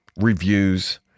reviews